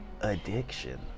addiction